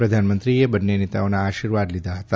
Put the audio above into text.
પ્રધાનમંત્રીએ બંને નેતાઓના આશીર્વાદ લીધા હતા